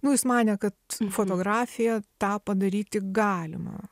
nu jis manė kad fotografija tą padaryti galima